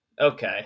okay